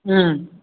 ம்